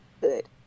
good